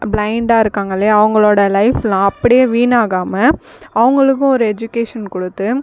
பிளைன்டாக இருக்காங்க இல்லையா அவர்களோட லைஃப்ல்லாம் அப்படியே வீணாகாமல் அவர்களுக்கும் ஒரு எஜுகேஷன் கொடுத்து